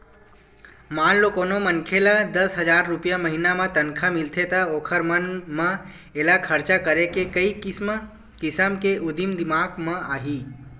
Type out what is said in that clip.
मान लो कोनो मनखे ल दस हजार रूपिया महिना म तनखा मिलथे त ओखर मन म एला खरचा करे के कइ किसम के उदिम दिमाक म आही